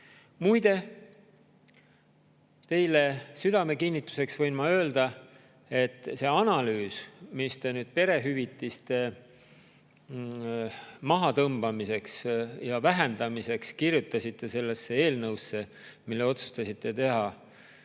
teile südame kinnituseks võin öelda, et see analüüs, mis te perehüvitiste mahatõmbamiseks ja vähendamiseks kirjutasite sellesse eelnõusse, mille tegelikult